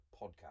podcast